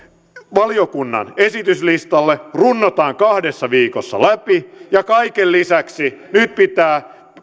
valiokunnan esityslistalle runnotaan kahdessa viikossa läpi ja kaiken lisäksi keskustelu pitää